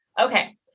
Okay